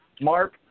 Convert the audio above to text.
Mark